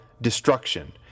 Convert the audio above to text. destruction